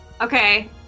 Okay